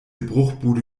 bruchbude